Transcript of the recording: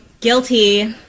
Guilty